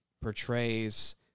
portrays